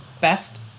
best